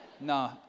No